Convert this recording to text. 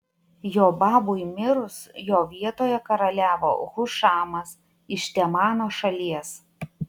jobabui mirus jo vietoje karaliavo hušamas iš temano šalies